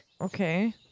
Okay